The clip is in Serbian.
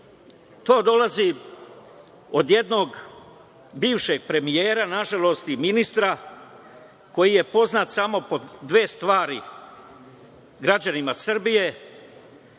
To dolazi od jednog bivšeg premijera, na žalost i ministra, koji je poznat samo po dve stvari građanima Srbije,